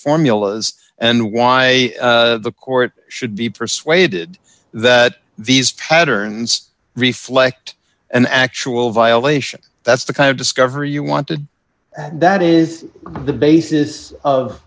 formulas and why the court should be persuaded that these patterns reflect an actual violation that's the kind of discovery you want to do that is the basis of